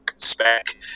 spec